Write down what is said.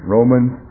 Romans